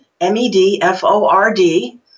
M-E-D-F-O-R-D